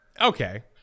Okay